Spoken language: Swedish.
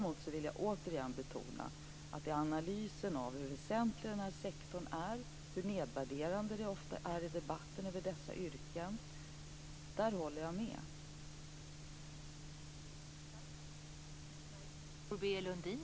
Men jag vill återigen betona att när det gäller analysen av hur väsentlig denna sektor är och hur nedvärderade dessa yrken ofta är i debatten håller jag med Marietta de Pourbaix-Lundin.